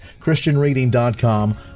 christianreading.com